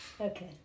Okay